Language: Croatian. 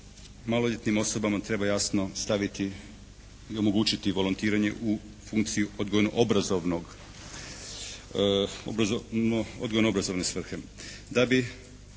maloljetnim osobama treba jasno staviti i omogućiti volontiranje u funkciju odgojno obrazovne svrhe.